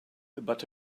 but